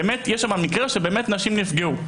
יש פה מקרה שנשים נפגעו.